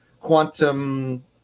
quantum